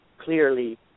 clearly